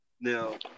Now